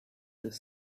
was